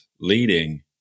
leading